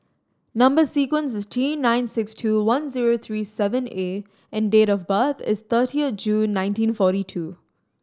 number sequence is T nine six two one zero three seven A and date of birth is thirtieth June nineteen forty two